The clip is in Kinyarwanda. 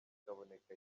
kaboneka